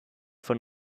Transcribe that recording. von